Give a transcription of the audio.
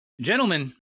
gentlemen